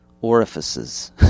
orifices